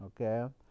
okay